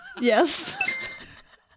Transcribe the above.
Yes